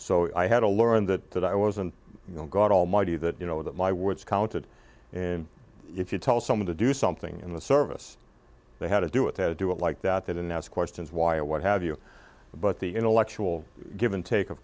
so i had to learn that that i wasn't you know god almighty that you know that my words counted and if you tell someone to do something in the service they had to do it how to do it like that that and ask questions why or what have you but the intellectual give and take of